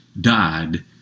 died